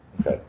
Okay